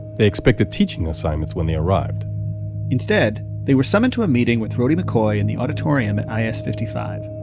they expected teaching assignments when they arrived instead, they were summoned to a meeting with rhody mccoy in the auditorium at i s. fifty five.